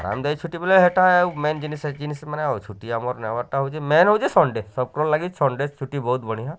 ଆରାମଦାୟକ ଛୁଟି ବୋଲେ ହେଟା ମେନ୍ ଜିନିଷ୍ ଛୁଟି ଆମର୍ ନେବାର୍ଟା ମେନ୍ ହେଉଛି ସନ୍ଡେ ସବକର୍ ଲାଗି ସନ୍ଡେ ଛୁଟି ବହୁତ୍ ବଢ଼ିଆ